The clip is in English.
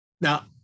Now